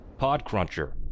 Podcruncher